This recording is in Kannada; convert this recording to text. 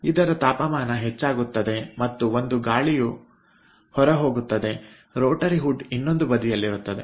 ಇದರ ತಾಪಮಾನ ಹೆಚ್ಚಾಗುತ್ತದೆ ಮತ್ತು ಒಂದು ಗಾಳಿಯು ಹೊರಹೋಗುತ್ತದೆ ರೋಟರಿ ಹುಡ್ ಇನ್ನೊಂದು ಬದಿಯಲ್ಲಿರುತ್ತದೆ